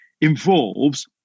involves